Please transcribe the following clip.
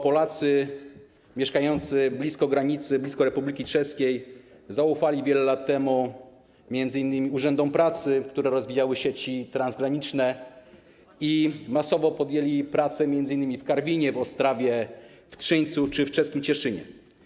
Polacy mieszkający blisko granicy, blisko Republiki Czeskiej, wiele lat temu zaufali m.in. urzędom pracy, które rozwijały sieci transgraniczne, i masowo podjęli pracę m.in. w Karwinie, Ostrawie, Trzyńcu czy czeskim Cieszynie.